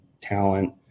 talent